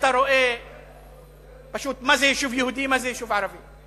אתה רואה מה זה יישוב יהודי ומה זה יישוב ערבי,